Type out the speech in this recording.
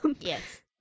Yes